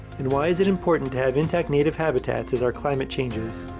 and why is it important to have intact native habitats as our climate changes?